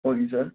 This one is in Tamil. ஓகேங்க சார்